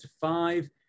five